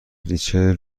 ریچل